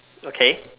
okay